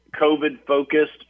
COVID-focused